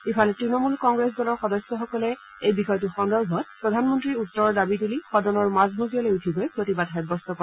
ইফালে তৃণমূল কংগ্ৰেছ দলৰ সদস্যসকলে এই বিষয়টো সন্দৰ্ভত প্ৰধানমন্ত্ৰীৰ উত্তৰৰ দাবী তুলি সদনৰ মাজমজিয়ালৈ উঠি গৈ প্ৰতিবাদ সাব্যস্ত কৰে